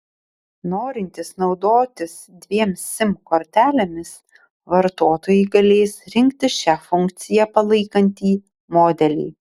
norintys naudotis dviem sim kortelėmis vartotojai galės rinktis šią funkciją palaikantį modelį